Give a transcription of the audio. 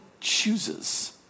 chooses